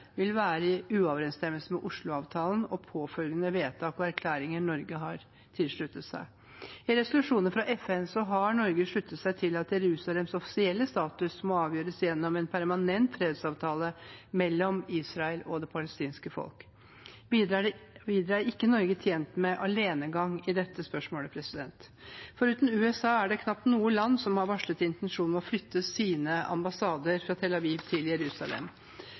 vil være i uoverensstemmelse med Osloavtalen og påfølgende vedtak og erklæringer Norge har tilsluttet seg. I resolusjoner fra FN har Norge sluttet seg til at Jerusalems offisielle status må avgjøres gjennom en permanent fredsavtale mellom Israel og det palestinske folk. Videre er ikke Norge tjent med alenegang i dette spørsmålet. Foruten USA er det knapt noe land som har varslet intensjon om å flytte sine ambassader fra Tel Aviv til Jerusalem.